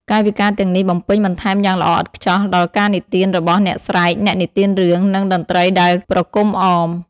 កាយវិការទាំងនេះបំពេញបន្ថែមយ៉ាងល្អឥតខ្ចោះដល់ការនិទានរបស់ "អ្នកស្រែក" (អ្នកនិទានរឿង) និងតន្ត្រីដែលប្រគំអម។